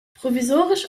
provisorisch